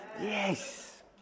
Yes